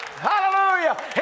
Hallelujah